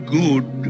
good